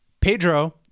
Pedro